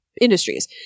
industries